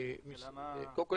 השאלה מה --- קודם כול,